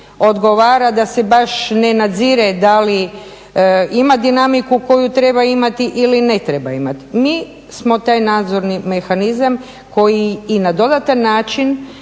odgovara da se baš ne nadzire da li ima dinamiku koju treba imati ili ne treba imati. Mi smo taj nadzorni mehanizam koji i na dodatan način